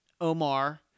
Omar